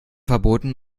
verboten